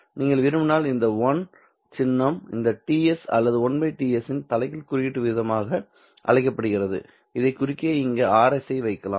நீங்கள் விரும்பினால் இந்த 1 சின்னம் இந்த Ts அல்லது 1 Ts இன் தலைகீழ் குறியீட்டு வீதமாக அழைக்கப்படுகிறதுஇதை குறிக்க இங்கே ஒரு Rs ஐ வைக்கலாம்